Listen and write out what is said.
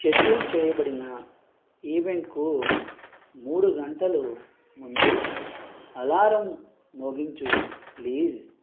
schedule చేయబడిన ఈవెంట్కు మూడు గంటలు ముందు అలారం మోగించు ప్లీజ్